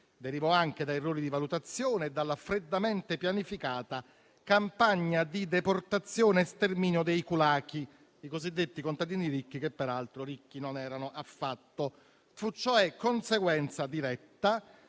Derivò anche da errori di valutazione e dalla freddamente pianificata campagna di deportazione e sterminio dei *kulaki*, i cosiddetti contadini ricchi, che peraltro ricchi non erano affatto. Fu cioè conseguenza diretta